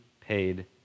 paid